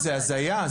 זה הזיה,